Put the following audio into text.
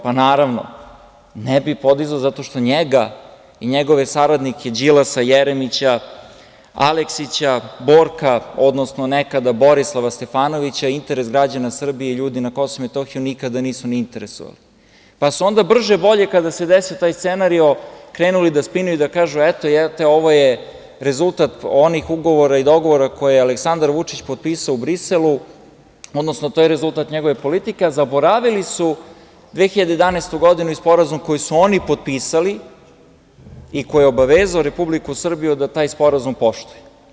Pa, naravno, ne bi podizao zato što njega i njegove saradnike, Đilasa, Jeremića, Alekića, Borka, odnosno nekada Borislava Stefanovića, interes građana Srbije i ljudi na KiM nikada nisu ni interesovali, pa su onda brže-bolje, kada se desio taj scenario, krenuli da spinuju i da kažu – eto, ovo je rezultat onih ugovora i dogovora koje je Aleksandar Vučić potpisao u Briselu, odnosno to je rezultat njegove politike, a zaboravili su 2011. godinu i sporazum koji su oni potpisali i koji je obavezao Republiku Srbiju da taj sporazum poštuje.